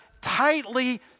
tightly